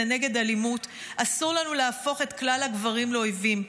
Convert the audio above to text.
נגד אלימות אסור לנו להפוך את כלל הגברים לאויבים.